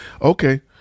Okay